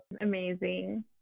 Amazing